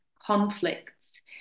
conflicts